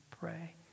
pray